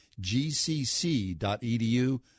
gcc.edu